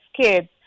kids